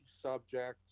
subject